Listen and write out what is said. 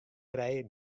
krije